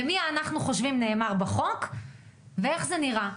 למי זה נאמר בחוק ואיך זה נראה.